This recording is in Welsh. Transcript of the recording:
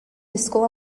disgwyl